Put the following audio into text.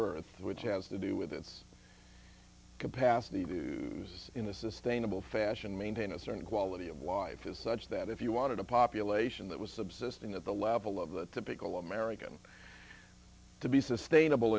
birth which has to do with its capacity views in a sustainable fashion maintain a certain quality of life is such that if you wanted a population that was subsisting at the level of the pickle american to be sustainable